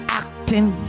acting